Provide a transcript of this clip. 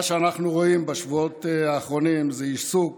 מה שאנחנו רואים בשבועות האחרונים זה עיסוק